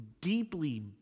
deeply